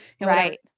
Right